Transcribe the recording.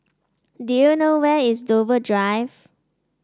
do you know where is Dover Drive